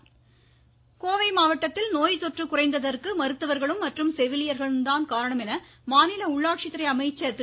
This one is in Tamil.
வேலுமணி கோவை மாவட்டத்தில் நோய் தொற்று குறைந்ததற்கு மருத்துவர்களும் மற்றும் செவிலியர்கள் தான் காரணம் என்று மாநில உள்ளாட்சி துறை அமைச்சர் திரு